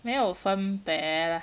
没有分别 lah